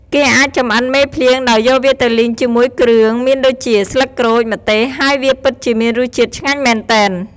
គេអាចចម្អិនមេភ្លៀងដោយយកវាទៅលីងជាមួយគ្រឿងមានដូចជា ស្លឹកក្រូច ម្ទេស ហើយវាពិតជាមានរសជាតិឆ្ងាញ់មែនទែន។